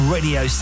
Radio